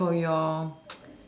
like for you